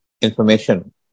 information